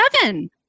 Seven